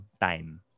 time